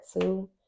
two